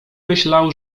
myślał